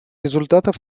результатов